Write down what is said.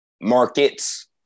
markets